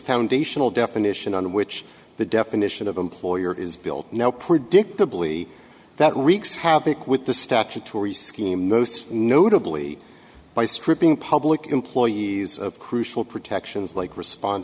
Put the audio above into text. foundational definition on which the definition of employer is built now predictably that wreaks havoc with the statutory scheme most notably by stripping public employees of crucial protections like respond